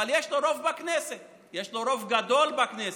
אבל יש לו רוב בכנסת, יש לו רוב גדול בכנסת,